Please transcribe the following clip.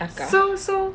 Ayataka